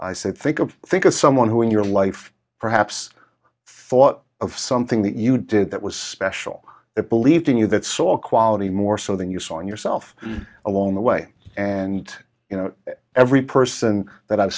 i said think of think of someone who in your life perhaps thought of something that you did that was special that believed in you that saw a quality more so than you saw in yourself along the way and you know every person that i've